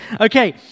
Okay